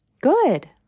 Good